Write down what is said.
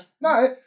No